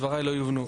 דבריי לא יובנו.